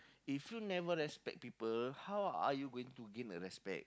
if you never respect people how are you going to gain the respect